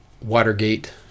Watergate